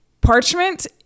Parchment